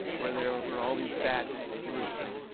where there were all these bats roosting.